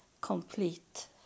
complete